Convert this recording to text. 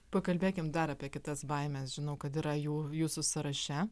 pakalbėkim dar apie kitas baimes žinau kad yra jų jūsų sąraše